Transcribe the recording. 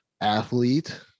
athlete